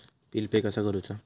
Bill pay कसा करुचा?